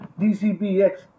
DCBX